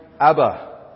Abba